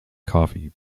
coffey